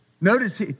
Notice